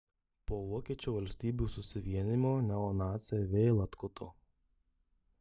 po vokiečių valstybių susivienijimo neonaciai vėl atkuto